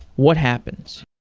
what happens?